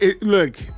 Look